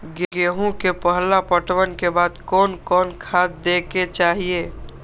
गेहूं के पहला पटवन के बाद कोन कौन खाद दे के चाहिए?